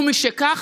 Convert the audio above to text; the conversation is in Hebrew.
ומשכך,